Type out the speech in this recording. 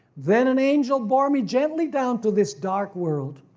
then an angel bore me gently down to this dark world.